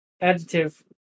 adjective